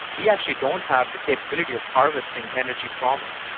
we actually don't have the capability of harvesting energy from it.